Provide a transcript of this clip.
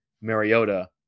Mariota